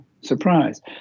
surprise